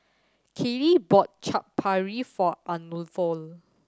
Kaley bought Chaat Papri for Arnulfo